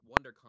WonderCon